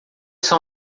são